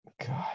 God